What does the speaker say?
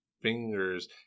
fingers